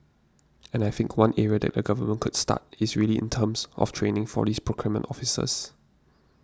and I think one area that the Government could start is really in terms of training for these procurement officers